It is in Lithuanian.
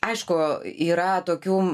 aišku yra tokių